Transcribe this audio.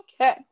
okay